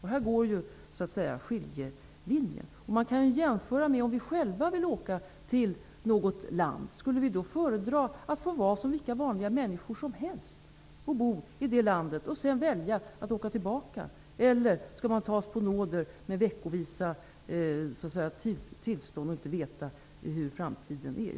Här går skiljelinjen. Vi kan jämföra med om vi själva vill åka till ett land. Skulle vi då föredra att få vara som vilka vanliga människor som helst och bo i det landet för att sedan välja att åka tillbaka eller tas på nåder med veckovisa tillstånd och inte veta hur framtiden ser ut?